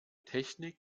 technik